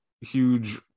huge